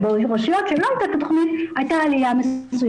וברשויות שלא הייתה התכנית, הייתה עליה מסוימת.